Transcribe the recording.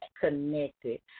connected